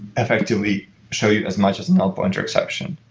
effectively show you as much as null pointer exception.